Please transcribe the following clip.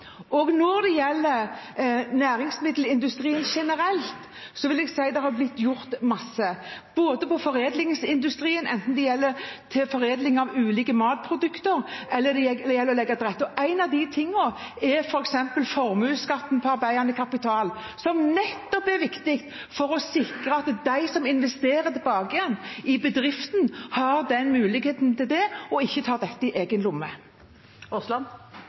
Når det gjelder næringsmiddelindustrien generelt, vil jeg si det er blitt gjort masse for foredlingsindustrien, enten det gjelder foredling av ulike matprodukter, eller det gjelder å legge til rette. En av de tingene er f.eks. formuesskatten på arbeidende kapital, som er viktig for nettopp å sikre at de som investerer tilbake igjen i bedriften, har muligheten til det og ikke tar dette i egen lomme.